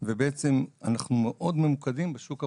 ובעצם אנחנו מאוד ממוקדים בשוק הפרטי.